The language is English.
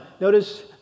Notice